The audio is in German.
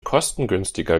kostengünstiger